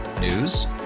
News